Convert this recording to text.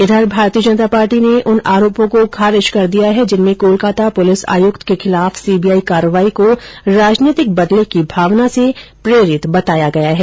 इधर भारतीय जनता पार्टी ने उन आरोपों को खारिज कर दिया है जिनमें कोलकाता पुलिस आयुक्त के खिलाफ सी बी आई कार्रवाई को राजनीतिक बदले की भावना से प्रेरित बताया गया है